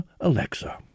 Alexa